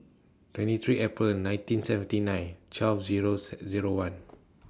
twenty three April nineteen seventy nine twelve Zero C Zero one